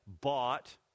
bought